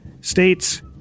states